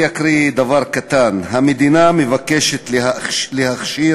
אני אקריא דבר קטן: "המדינה מבקשת להכשיר